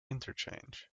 interchange